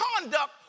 conduct